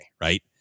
right